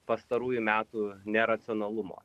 pastarųjų metų neracionalumo